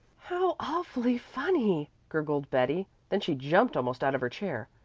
how awfully funny! gurgled betty. then she jumped almost out of her chair.